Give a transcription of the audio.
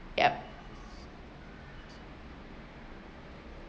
yup